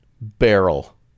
Barrel